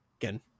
again